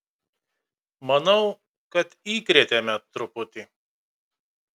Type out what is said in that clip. manau kad įkrėtėme truputį